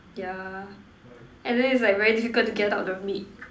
yeah and then it's like very difficult to get out the meat